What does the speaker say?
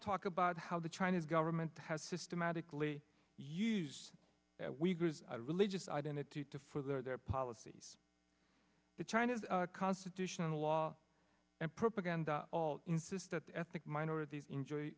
talk about how the chinese government has systematically used religious identity to for their policies that china's constitution and law and propaganda all insist that ethnic minorities enjoy